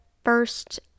first